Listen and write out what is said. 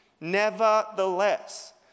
Nevertheless